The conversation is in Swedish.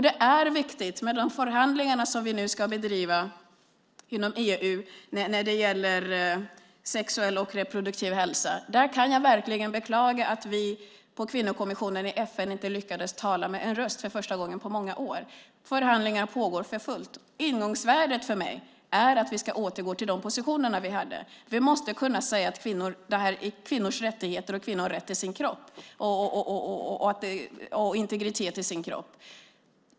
Det är viktigt med de förhandlingar som vi nu ska bedriva inom EU när det gäller sexuell och reproduktiv hälsa. Jag kan verkligen beklaga att vi på kvinnokommissionen i FN för första gången på många år inte lyckades tala med en röst. Förhandlingar pågår för fullt. Ingångsvärdet för mig är att vi ska återgå till de positioner som vi hade. Vi måste kunna säga att detta är kvinnors rättigheter och att kvinnor har rätt till sin kropp och till sin integritet.